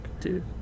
Dude